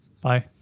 Bye